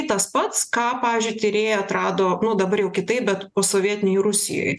tas pats ką pavyzdžiui tyrėjai atrado nu dabar jau kitaip bet posovietinėj rusijoj